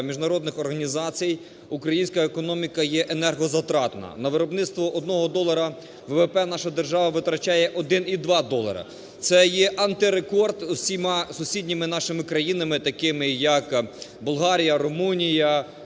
міжнародних організацій українська економіка є енергозатратна. На виробництво одного долара ВВП наша держава витрачає 1,2 долара – це є антирекорд зі усіма сусідніми нашими країнами, такими як Болгарія, Румунія,